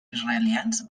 israelians